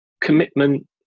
commitment